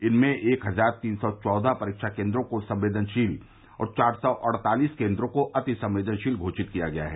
इनमें एक हज़ार तीन सौ चौदह परीक्षा केन्द्रों को संवेदनशील और चार सौ अड़तालीस केन्द्रों को अतिसंवेदनशील घोषित किया गया है